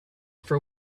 for